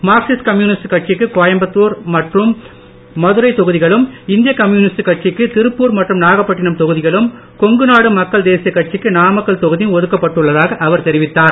Marxist communist கட்சிக்கு கோயம்புத்தூர் மற்றும் மதுரை தொகுதிகளும் இந்திய கம்யூனிஸ்ட் கட்சிக்கு திருப்பூர் மற்றும் நாகப்பட்டினம் தொகுதிகளும் கொங்கு நாடு மக்கள் தேசிய கட்சிக்கு நாமக்கல் தொகுதியும் ஒதுக்கப்பட்டுள்ளதாக அவர் தெரிவித்தார்